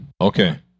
okay